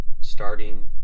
starting